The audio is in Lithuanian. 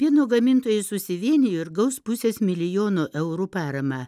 pieno gamintojai susivienijo ir gaus pusės milijono eurų paramą